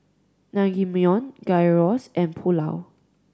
Naengmyeon Gyros and Pulao